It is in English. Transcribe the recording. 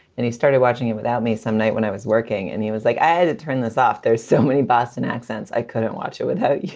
and he started watching it without me some night when i was working. and he was like, i to turn this off. there's so many boston accents, i couldn't watch it with you